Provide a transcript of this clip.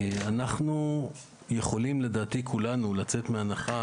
אנחנו יכולים לדעתי כולנו לצאת מהנחה